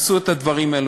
עשו את הדברים האלו.